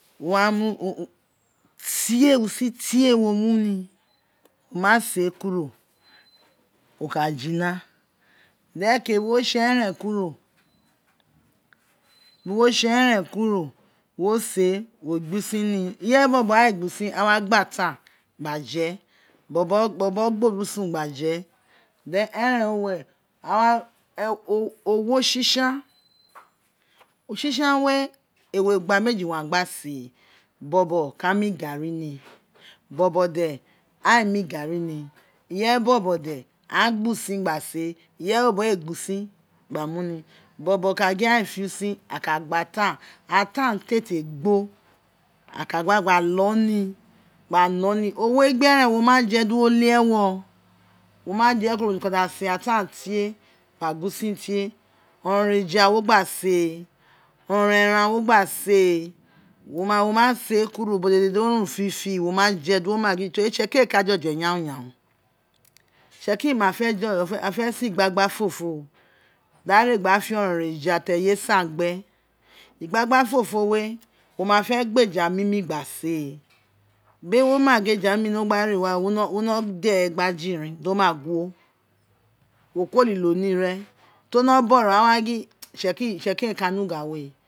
Wo wa mu tie win tie wo deroke wo tse eren kuro bu wo tse eren kuro bu wo tse eren kuro wo se wo gbe win ni ireye bobo ain gba win aghan wa gba atan gba win aghan wa gba atan gba je bobo gba orusun gba je then eren wi uwere a owo tsi tsan tsi tsan we ewe ugba meli a gba se bobo ka ma garri ni bobo de aghan ew mu garri ni bobo de aghan ew mi garri ni ireye bobo de aghan gba win gba se ireye bobo ee gba usin gba mu ni bobo ka gin aghan ee e fe win aghan ka gba atan te te gbo aghan ka gba gba lo ni gba lo ni owo egbe eren wo ma je di wo la ewo wo ma je kiri wo ka da se atan tie gba gin win tie orouron eja wo gba se oronron eran wo gba se wo ma se ka ro u o dede do run firidiri wo ma je wo ma gin teri itsekiri ee ka je oje yanyan itsekiri ma fe a se igbagba ojofo da ghan re gba ra fe oronron eja ta eye san gbe gbagbafofo we wino ma fe gba eja mimi wino gba re wawe wo wino dere gba jighirin do ma gwo wo ko elilo ni ren to no bogho aghan wa gin itsekiri itsekiri e wa ne ugha we